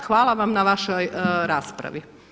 Hvala vam na vašoj raspravi.